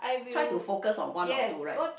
try to focus on one or two right